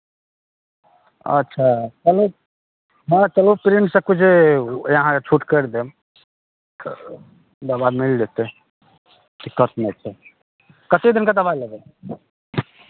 अच्छा चलू हँ चलू प्रेमसँ किछु अहाँकेँ छूट करि देब दबाइ मिल जेतै दिक्कत नहि छै कतेक दिनका दबाइ लेबै